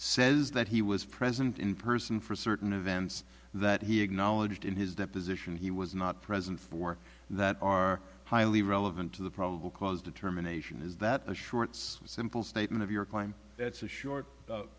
says that he was present in person for certain events that he acknowledged in his deposition he was not present for that are highly relevant to the probable cause determination is that the shorts simple statement of your claim that's a short